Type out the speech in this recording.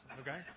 okay